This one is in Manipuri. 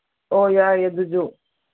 ꯑꯣ ꯌꯥꯏ ꯑꯗꯨꯁꯨ